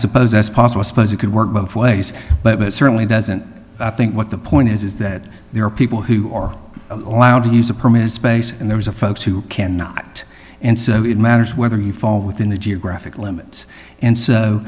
suppose that's possible suppose you could work both ways but it certainly doesn't i think what the point is is that there are people who are allowed to use a permanent space and there is a folks who cannot and so it matters whether you fall within the geographic limits and so